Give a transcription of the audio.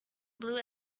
blue